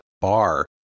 bar